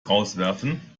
rauswerfen